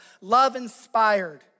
love-inspired